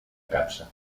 capsa